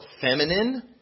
feminine